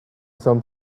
some